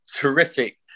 terrific